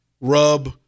rub